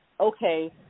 okay